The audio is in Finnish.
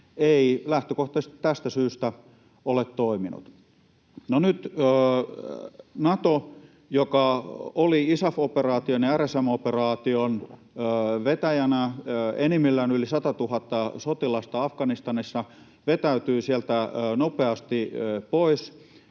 ei lähtökohtaisesti tästä syystä ole toiminut. Nyt Nato, joka oli ISAF-operaation ja RSM-operaation vetäjänä — enimmillään yli 100 000 sotilasta Afganistanissa — vetäytyi sieltä nopeasti pois,